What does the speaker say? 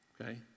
Okay